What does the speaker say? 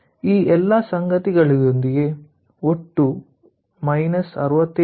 ಈ ಎಲ್ಲ ಸಂಗತಿಗಳೊಂದಿಗೆ ಒಟ್ಟು 67